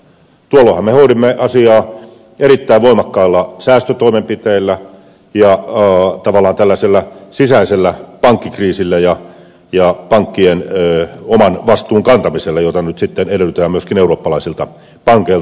tuolloinhan me hoidimme asiaa erittäin voimakkailla säästötoimenpiteillä ja tavallaan tällaisella sisäisellä pankkikriisillä ja pankkien oman vastuun kantamisella jota nyt sitten edellytetään myöskin eurooppalaisilta pankeilta